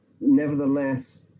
nevertheless